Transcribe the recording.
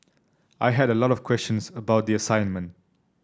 I had a lot of questions about the assignment